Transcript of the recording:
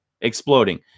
exploding